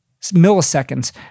Milliseconds